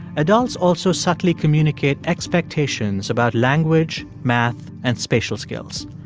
adults also subtly communicate expectations about language, math and spatial skills.